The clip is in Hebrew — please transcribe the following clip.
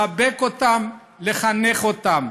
לחבק אותם, לחנך אותם.